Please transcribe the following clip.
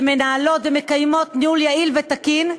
שמנהלות ומקיימות ניהול יעיל ותקין,